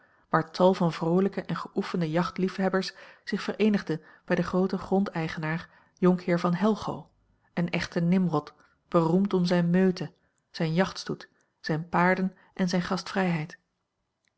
waar tal van vroolijke en geoefende jachtlief hebbers zich vereenigden bij den grooten gronda l g bosboom-toussaint langs een omweg eigenaar jonkheer van helgo een echten nimrod beroemd om zijne meute zijn jachtstoet zijne paarden en zijne gastvrijheid